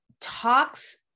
talks